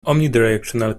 omnidirectional